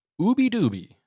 Ooby-Dooby